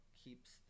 keeps